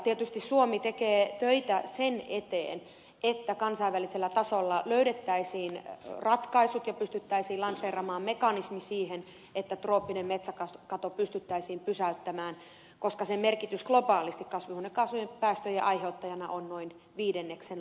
tietysti suomi tekee töitä sen eteen että kansainvälisellä tasolla löydettäisiin ratkaisut ja pystyttäisiin lanseeraamaan mekanismi siihen että trooppinen metsäkato pystyttäisiin pysäyttämään koska sen merkitys globaalisti kasvihuonekaasujen päästöjen aiheuttajana on noin viidenneksen luokkaa